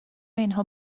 اینها